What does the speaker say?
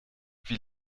wie